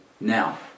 Now